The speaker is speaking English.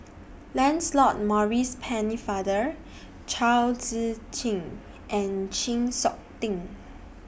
Lancelot Maurice Pennefather Chao Tzee Cheng and Chng Seok Tin